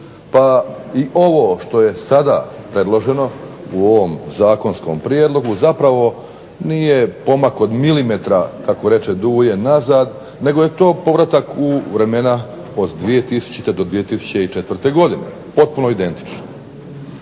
pa ovo što je sada predloženo u ovom zakonskom prijedlogu zapravo nije pomak od milimetra nazad, nego je to povratak u vremena od 2000. do 2004. godine. Potpuno identično.